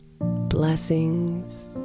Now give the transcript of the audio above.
Blessings